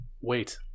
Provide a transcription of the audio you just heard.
wait